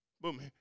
Boom